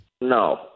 no